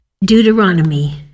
Deuteronomy